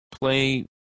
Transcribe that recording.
play